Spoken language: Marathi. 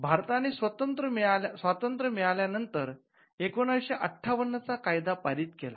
भारताने स्वातंत्र मिळाल्या नंतर १९५८ चा कायदा पारित केला